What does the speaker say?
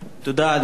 כבוד היושב-ראש,